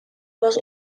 was